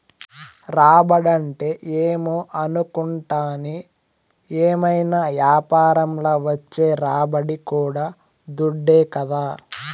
రాబడంటే ఏమో అనుకుంటాని, ఏవైనా యాపారంల వచ్చే రాబడి కూడా దుడ్డే కదా